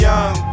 Young